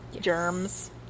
germs